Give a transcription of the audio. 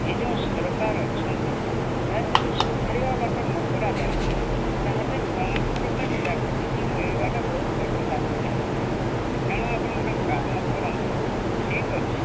ଏ ଯେଉଁ ସରକାର ଅଛନ୍ତି ତାହାର ଯଦି ସୁଧାରିବା ବାଟ ନ କରାଯାଏ ତାହେଲେ କୌଣସି ପ୍ରକାର ଚାକିରୀ ମିଳିବାଟା ବହୁତ କଷ୍ଟସାଧ୍ୟ ହେଇଯିବ ତେଣୁ ଆପଣ ଗୋଟେ କାମ କରନ୍ତୁ ଠିକ୍ ଅଛି